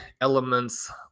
elements